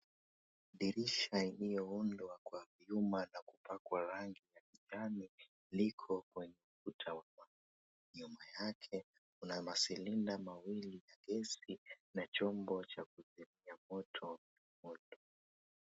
Dirisha iliyoundwa na chuma na kupakwa rangi yani liko kwenye ukuta nyuma yake kuna masilinda mawili ya gesi na chombo cha kuzimia moto.